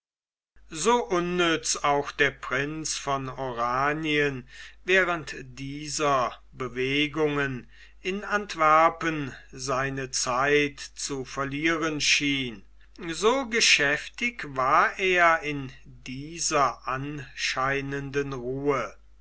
so unnütz auch der prinz von oranien während dieser bewegungen in antwerpen seine zeit zu verlieren schien so geschäftig war er in dieser anscheinenden ruhe